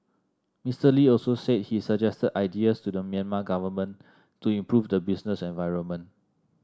Mr Lee also said he suggested ideas to the Myanmar government to improve the business environment